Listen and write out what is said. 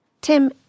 Tim